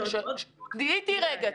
תהיי איתי לרגע,